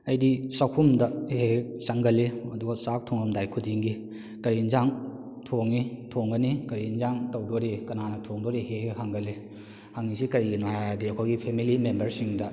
ꯑꯩꯗꯤ ꯆꯥꯛꯈꯨꯝꯗ ꯍꯦꯛ ꯍꯦꯛ ꯆꯪꯒꯜꯂꯤ ꯑꯗꯨꯒ ꯆꯥꯛ ꯊꯣꯡꯉꯝꯗꯥꯏ ꯈꯨꯗꯤꯡꯒꯤ ꯀꯔꯤ ꯌꯦꯟꯁꯥꯡ ꯊꯣꯡꯉꯤ ꯊꯣꯡꯒꯅꯤ ꯀꯔꯤ ꯌꯦꯟꯁꯥꯡ ꯇꯧꯗꯣꯔꯤ ꯀꯅꯥꯅ ꯊꯣꯡꯗꯣꯔꯤ ꯍꯦꯛ ꯍꯦꯛ ꯍꯪꯒꯜꯂꯤ ꯍꯪꯡꯏꯁꯤ ꯀꯔꯤꯒꯤꯅꯣ ꯍꯥꯏꯔꯗꯤ ꯑꯩꯈꯣꯏꯒꯤ ꯐꯦꯃꯤꯂꯤ ꯃꯦꯝꯕꯔꯁꯤꯡꯗ